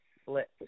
split